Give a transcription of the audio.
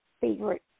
favorite